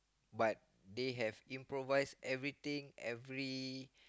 but they have improvised everything every